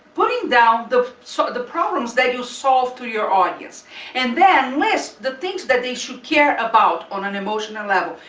bring down the sort of the problems that you solve to your audience and then list the things that they should care about on an emotional level.